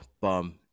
bum